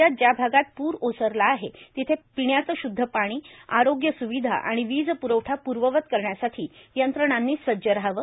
राज्यात ज्या भागात पूर ओसरला आहे तेथे पिण्याचे शूद्ध पाणी आरोग्य सुविधा आणि वीज प्रवठा प्र्ववत करण्यासाठी यंत्रणांनी सज्ज रहावे